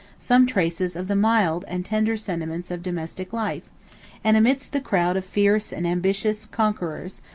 some traces of the mild and tender sentiments of domestic life and amidst the crowd of fierce and ambitious conquerors,